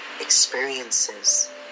experiences